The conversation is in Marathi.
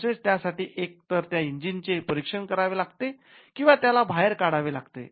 तसेच त्या साठी एक तर त्या इंजिनचे परीक्षण करावे लागेल किंवा त्याला बाहेर काढावे लागेल